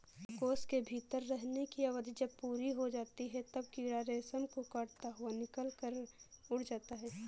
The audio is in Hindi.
कोश के भीतर रहने की अवधि जब पूरी हो जाती है, तब कीड़ा रेशम को काटता हुआ निकलकर उड़ जाता है